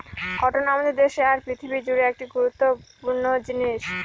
cotton আমাদের দেশে আর পৃথিবী জুড়ে একটি খুব গুরুত্বপূর্ণ জিনিস